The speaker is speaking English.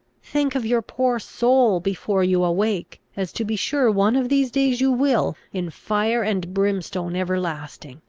think of your poor soul, before you awake, as to be sure one of these days you will, in fire and brimstone everlasting!